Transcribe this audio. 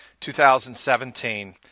2017